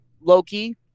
Loki